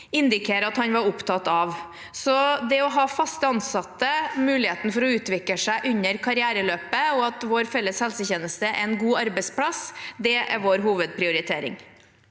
indikere at han var opptatt av. Så det å ha faste ansatte, ha muligheten til å utvikle seg under karriereløpet, og at vår felles helsetjeneste er en god arbeidsplass, er vår hovedprioritering.